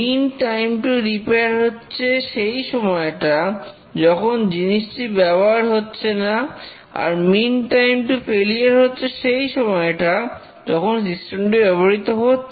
mean time to repair হচ্ছে সেই সময়টা যখন জিনিসটি ব্যবহার হচ্ছে না আর মিন টাইম টু ফেলিওর হচ্ছে সেই সময়টা যখন সিস্টেমটি ব্যবহৃত হচ্ছে